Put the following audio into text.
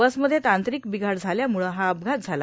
बसमध्ये तांत्रिक र्बघाड झाल्यामुळे हा अपघात झाला